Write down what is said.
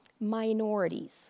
minorities